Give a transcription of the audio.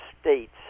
states